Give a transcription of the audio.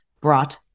brought